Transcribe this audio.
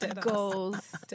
Goals